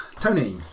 Tony